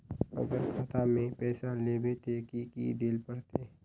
अगर खाता में पैसा लेबे ते की की देल पड़ते?